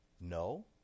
no